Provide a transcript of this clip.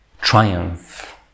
triumph